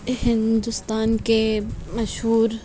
ہندوستان کے مشہور